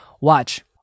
watch